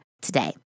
today